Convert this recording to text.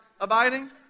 abiding